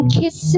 kiss